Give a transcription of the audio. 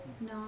No